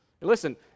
Listen